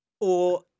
or-